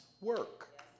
work